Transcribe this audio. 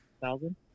Thousand